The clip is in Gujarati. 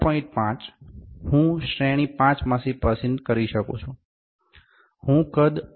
5 હું શ્રેણી 5 માંથી પસંદ કરી શકું છું